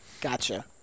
Gotcha